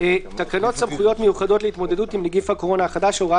תקנות סמכויות מיוחדות להתמודדות עם נגיף הקורונה החדש (הוראת